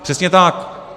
Přesně tak!